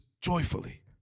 joyfully